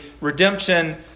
redemption